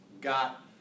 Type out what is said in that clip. got